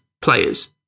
players